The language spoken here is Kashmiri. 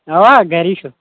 اوا گَرِی چھُس